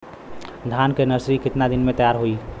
धान के नर्सरी कितना दिन में तैयार होई?